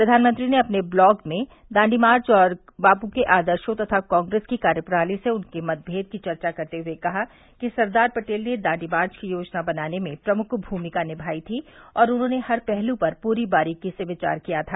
प्रधानमंत्री ने अपने ब्लॉग में दांडी मार्च और बापू के आदर्शों तथा कांग्रेस की कार्यप्रणाली से उनके मतभेद की चर्चा करते हुए कहा कि सरदार पटेल ने दांडी मार्च की योजना बनाने में प्रमुख भूमिका निथाई थी और उन्होंने हर पहलू पर पूरी बारीकी से विचार किया था